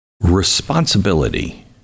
responsibility